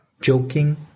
joking